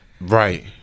Right